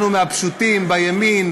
אנחנו מהפשוטים בימין,